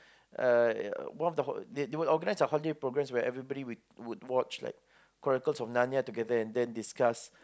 uh one of the hol~ they they will organise a holiday progress where everybody will would watch like Chronicles-of-Narnia together and then discuss